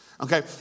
Okay